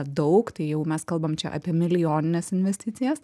daug tai jau mes kalbam čia apie milijonines investicijas